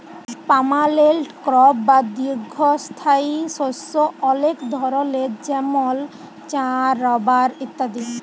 permanent crop বা দীঘ্ঘস্থায়ী শস্য অলেক ধরলের যেমল চাঁ, রাবার ইত্যাদি